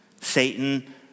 Satan